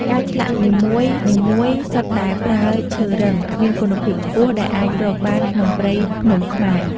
ការឆ្លាក់នីមួយៗសុទ្ធតែប្រើឈើរឹង មានគុណភាពខ្ពស់ ដែលអាចរកបានក្នុងព្រៃភ្នំខ្មែរ។